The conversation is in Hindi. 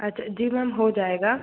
अच्छ जी मैम हो जाएगा